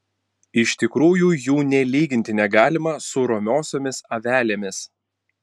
iš tikrųjų jų nė lyginti negalima su romiosiomis avelėmis